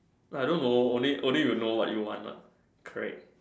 I don't know only only you know what you want what correct